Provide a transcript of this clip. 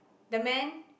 the man